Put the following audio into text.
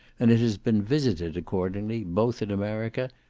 and it has been visited accordingly, both in america,